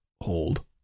hold